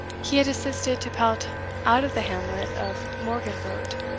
he had assisted to pelt out of the hamlet of morgenbrodt.